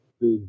big